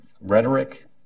rhetoric